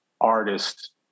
artist